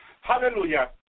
hallelujah